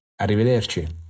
Arrivederci